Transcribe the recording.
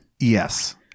Yes